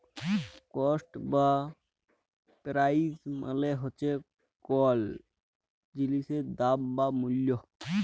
cost বা price মালে হছে কল জিলিসের দাম বা মূল্য